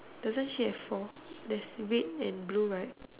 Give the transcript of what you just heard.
doesn't she have four there's red and blue right